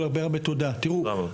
תודה רבה.